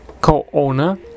co-owner